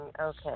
okay